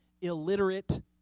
illiterate